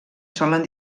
solen